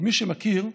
למי שמכיר,